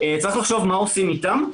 מה עושים איתם?